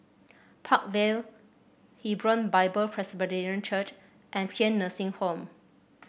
Park Vale Hebron Bible Presbyterian Church and Paean Nursing Home